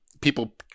People